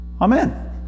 amen